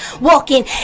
walking